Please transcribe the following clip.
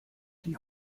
die